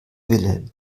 wilhelm